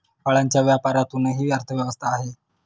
फळांच्या व्यापारातूनही अर्थव्यवस्था आहे